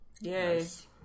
yes